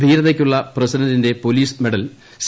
ധീരതയ്ക്കുള്ള പ്രസിഡന്റിന്റെ police medal C